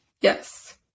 Yes